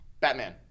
Batman